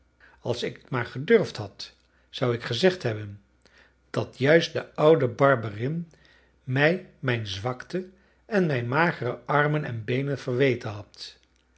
als ik maar gedurfd had zou ik gezegd hebben dat juist de oude barberin mij mijn zwakte en mijn magere armen en beenen verweten had